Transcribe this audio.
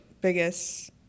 biggest